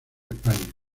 españa